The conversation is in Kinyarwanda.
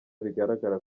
bigaragara